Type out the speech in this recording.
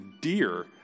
deer